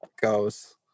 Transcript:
goes